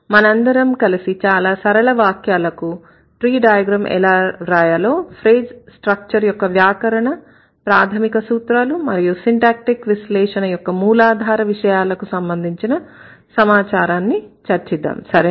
మనందరం కలిసి చాలా సరళ వాక్యాలకు ట్రీ డైగ్రామ్ ఎలా వ్రాయాలో ఫ్రేజ్ స్ట్రక్చర్ యొక్క వ్యాకరణ ప్రాథమిక సూత్రాలు మరియు సిన్టాక్టీక్ విశ్లేషణ యొక్క మూలాధార విషయాలకు సంబంధించిన సమాచారాన్ని చర్చిద్దాం సరేనా